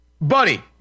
Buddy